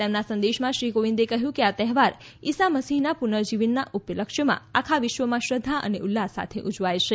તેમના સંદેશમાં શ્રી કોવિંદે કહ્યું કે આ તહેવાર ઇસા મસીહના પૂર્નજીવનના ઉપલક્ય્યમાં આખા વિશ્વમાં શ્રધ્ધા અને ઉલ્લાસ સાથે ઉજવાય છે